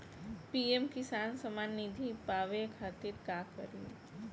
PM Kisan Samman Nidhi पावे खातिर का करी?